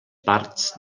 parts